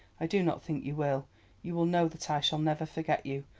i do not think you will you will know that i shall never forget you,